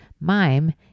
mime